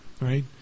right